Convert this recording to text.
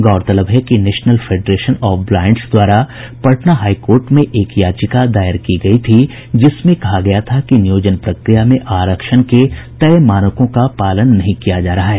गौरतलब है कि नेशनल फेडरेशन ऑफ ब्लाईंड्स द्वारा पटना हाई कोर्ट में एक याचिका दायर की गयी थी जिसमें कहा गया था कि नियोजन प्रक्रिया में आरक्षण के तय मानकों का पालन नहीं किया जा रहा है